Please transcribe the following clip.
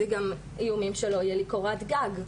זה גם איומים שלא יהיה לי קורת גג.